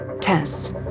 Tess